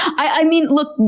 i mean, look,